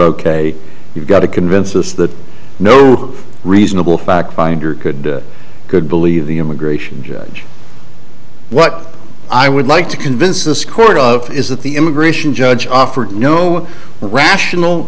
ok you've got to convince us that no reasonable fact finder could good believe the immigration judge what i would like to convince this court of is that the immigration judge offered no rational